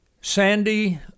Sandy